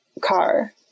car